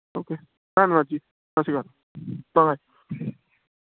okay ਧੰਨਵਾਦ ਜੀ ਸਤਿ ਸ਼੍ਰੀ ਅਕਾਲ ਬਾਏ ਬਾਏ